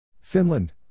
Finland